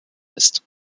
ist